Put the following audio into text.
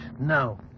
no